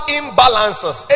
imbalances